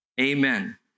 Amen